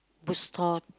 bookstore